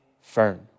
firm